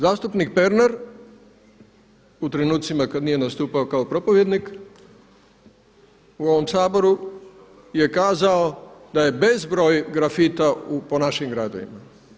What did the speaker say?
Zastupnik Pernar u trenutcima kada nije nastupao kao propovjednik u ovom Saboru je kazao da je bezbroj grafita po našim gradovima.